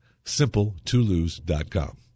SimpleToLose.com